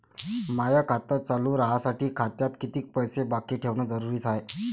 माय खातं चालू राहासाठी खात्यात कितीक पैसे बाकी ठेवणं जरुरीच हाय?